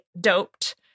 doped